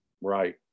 right